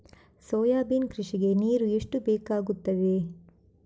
Soybean ಕೃಷಿಗೆ ನೀರು ಎಷ್ಟು ಬೇಕಾಗುತ್ತದೆ?